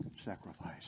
sacrifice